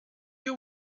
you